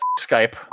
Skype